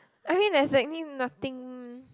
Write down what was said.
I mean there's tecnically nothing